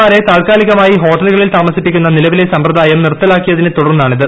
മാരെ താത്കാലികമായി ഹോട്ടലുകളിൽ താമസിപ്പിക്കുന്ന നിലവിലെ സമ്പ്രദായം നിർത്തലാക്കിയതിനെ തുടർന്നാണിത്